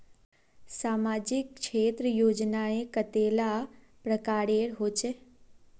सामाजिक क्षेत्र योजनाएँ कतेला प्रकारेर होचे?